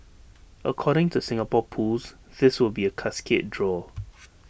according to Singapore pools this will be A cascade draw